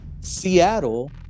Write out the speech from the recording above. Seattle